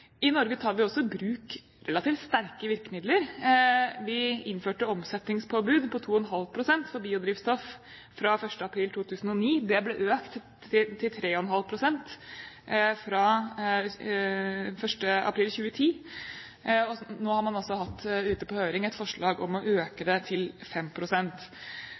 I Norge tar vi også i bruk relativt sterke virkemidler. Vi innførte omsetningspåbud på 2,5 pst. for biodrivstoff fra 1. april 2009. Det ble økt til 3,5 pst. fra 1. april 2010, og nå har man altså hatt ute på høring et forslag om å øke det til